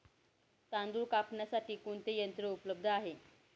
तांदूळ कापण्यासाठी कोणते यंत्र उपलब्ध आहे?